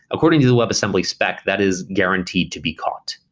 according to webassembly spec, that is guaranteed to be caught,